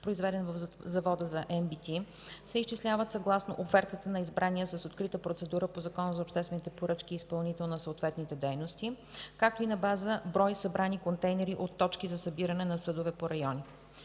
биологично третиране), се изчисляват съгласно офертата на избрания с открита процедура по Закона за обществените поръчки изпълнител на съответните дейности, както и на база брой събрани контейнери от точки за събиране на съдове по райони.